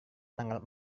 tanggal